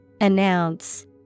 Announce